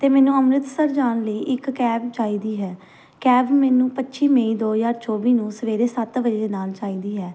ਅਤੇ ਮੈਨੂੰ ਅੰਮ੍ਰਿਤਸਰ ਜਾਣ ਲਈ ਇੱਕ ਕੈਬ ਚਾਹੀਦੀ ਹੈ ਕੈਬ ਮੈਨੂੰ ਪੱਚੀ ਮਈ ਦੋ ਹਜ਼ਾਰ ਚੌਵੀ ਨੂੰ ਸਵੇਰੇ ਸੱਤ ਵਜੇ ਨਾਲ ਚਾਹੀਦੀ ਹੈ